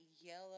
yellow